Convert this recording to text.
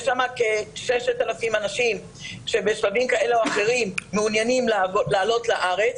יש שם כ-6,000 אנשים שבשלבים כאלה או אחרים מעוניינים לעלות לארץ